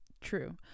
True